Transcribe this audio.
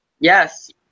Yes